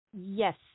Yes